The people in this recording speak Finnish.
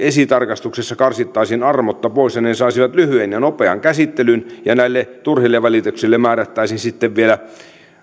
esitarkastuksessa karsittaisiin armotta pois ja ne ne saisivat lyhyen ja nopean käsittelyn ja näille turhille valituksille määrättäisiin sitten vielä